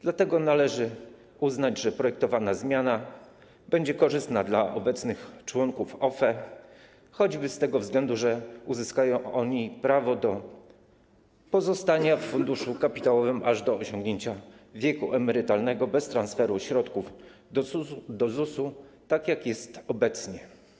Dlatego należy uznać, że projektowana zmiana będzie korzystna dla obecnych członków OFE, choćby z tego względu, że uzyskają oni prawo do pozostania w funduszu kapitałowym aż do osiągnięcia wieku emerytalnego bez transferu środków do ZUS-u, tak jak jest obecnie.